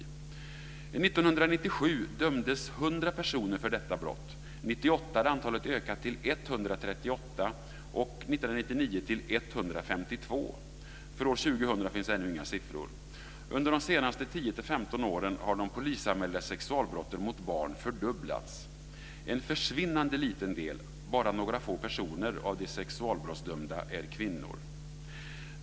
1997 dömdes 100 personer för detta brott. 1998 2000 finns ännu inga siffror. Under de senaste 10-15 åren har de polisanmälda sexualbrotten mot barn fördubblats. En försvinnande liten del, bara några få personer, av de sexualbrottsdömda är kvinnor.